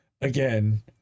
Again